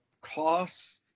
costs